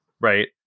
right